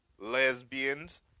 lesbians